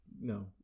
No